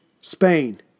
Spain